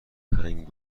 هنگ